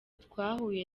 twahuye